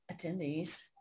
Attendees